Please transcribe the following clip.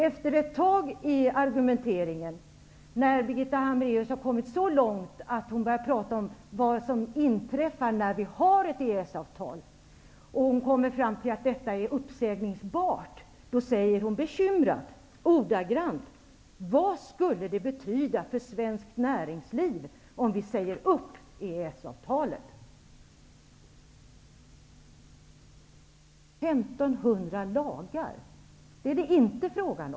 Efter ett tag i sin argumentering, när hon har kommit så långt att hon börjar tala om vad som inträffar när vi har ett EES avtal och hon kommer fram till att detta är uppsägningsbart, då säger hon bekymrat, ordagrant: Vad skulle det betyda för svenskt näringsliv om vi säger upp EES-avtalet? Det är inte fråga om 1 500 lagar.